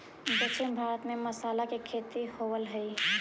दक्षिण भारत में मसाला के खेती होवऽ हइ